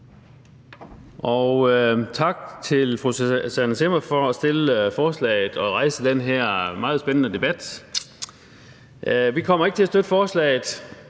tak til fru Susanne Zimmer for at fremsætte forslaget og rejse den her meget spændende debat. Vi kommer ikke til at støtte forslaget,